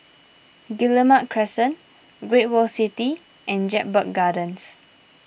Guillemard Crescent Great World City and Jedburgh Gardens